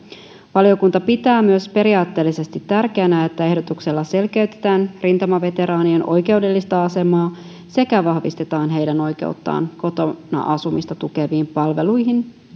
valiokunta pitää myös periaatteellisesti tärkeänä että ehdotuksella selkeytetään rintamaveteraanien oikeudellista asemaa sekä vahvistetaan heidän oikeuttaan kotona asumista tukeviin palveluihin